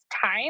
time